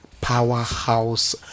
powerhouse